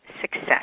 success